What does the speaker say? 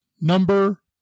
Number